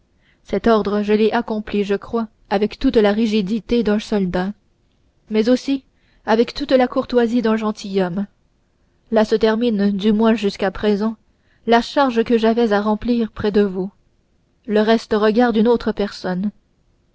cet ordre je l'ai accompli je crois avec toute la rigidité d'un soldat mais aussi avec toute la courtoisie d'un gentilhomme là se termine du moins jusqu'à présent la charge que j'avais à remplir près de vous le reste regarde une autre personne